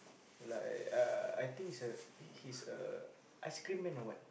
like uh I think is a he's a ice cream man or what